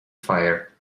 fire